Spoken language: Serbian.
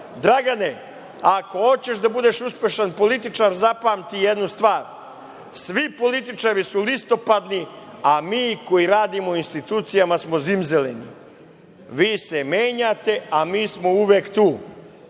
Dragane, ako hoćeš da budeš uspešan političar, zapamti jednu stvari, svi političari su listopadni, a mi koji radimo u institucijama smo zimzeleni. Vi se menjate, a mi smo uvek tu.